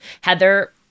Heather